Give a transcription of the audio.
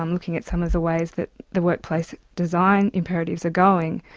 um looking at some of the ways that the workplace design imperatives are going,